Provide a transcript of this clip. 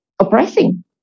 oppressing